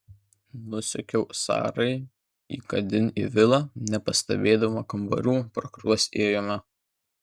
nusekiau sarai įkandin į vilą nepastebėdama kambarių pro kuriuos ėjome